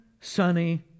sunny